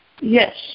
Yes